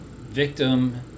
victim